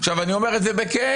אני אומר את זה בכאב.